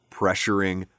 pressuring